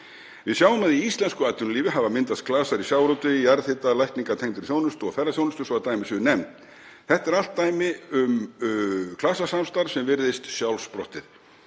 Við sjáum að í íslensku atvinnulífi hafa myndast klasar í sjávarútvegi, jarðhita, lækningatengdri þjónustu og ferðaþjónustu svo að dæmi séu nefnd. Þetta eru allt dæmi um klasasamstarf sem virðist sjálfsprottið.